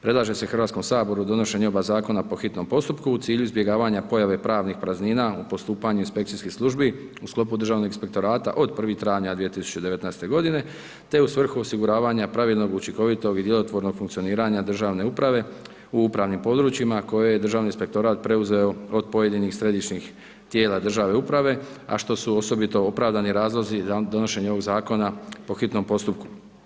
Predlaže se Hrvatskom saboru donošenje oba Zakona po hitnom postupku u cilju izbjegavanja pojave pravnih praznina u postupanju inspekcijskih službi u sklopu Državnog inspektorata od 01. travnja 2019. godine, te u svrhu osiguravanja pravilnog, učinkovitog i djelotvornog funkcioniranja državne uprave u upravnim područjima koje je Državni inspektorat preuzeo od pojedinih središnjih tijela državne uprave, a što su osobito opravdani razlozi za donošenje ovog Zakona po hitnom postupku.